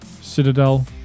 Citadel